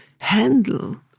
handle